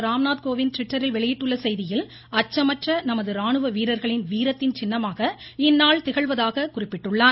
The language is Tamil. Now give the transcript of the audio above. ராம்நாத் கோவிந்த் ட்விட்டரில் வெளியிட்டுள்ள செய்தியில் அச்சமற்ற நமது ராணுவ வீரர்களின் வீரத்தின் சின்னமாக இந்நாள் திகழ்வதாக குறிப்பிட்டுள்ளார்